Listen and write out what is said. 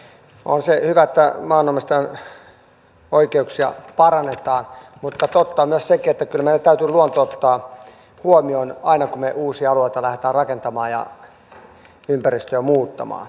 on se hyvä että maanomistajan oikeuksia parannetaan mutta totta on myös se että kyllä meidän täytyy luonto ottaa huomioon aina kun me uusia alueita lähdemme rakentamaan ja ympäristöä muuttamaan